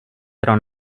pro